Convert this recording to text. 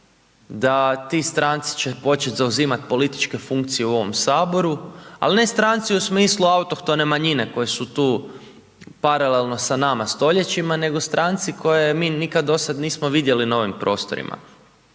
da ti stranci će početi zauzimati političke funkcije u ovom Saboru. Ali ne stranci u smislu autohtone manjine koje su tu paralelno sa nama stoljećima nego stranci koje mi nikad do sada nismo vidjeli na ovim prostorima.